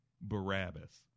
Barabbas